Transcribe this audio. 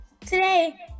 Today